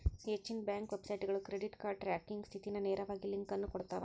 ಹೆಚ್ಚಿನ ಬ್ಯಾಂಕ್ ವೆಬ್ಸೈಟ್ಗಳು credit card tracking ಸ್ಥಿತಿಗ ನೇರವಾಗಿ ಲಿಂಕ್ ಅನ್ನು ಕೊಡ್ತಾವ